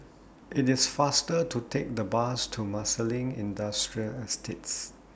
IT IS faster to Take The Bus to Marsiling Industrial Estates